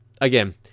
Again